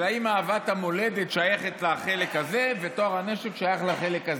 האם אהבת המולדת שייכת לחלק הזה וטוהר הנשק שייך לחלק הזה?